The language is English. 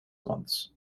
months